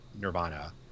Nirvana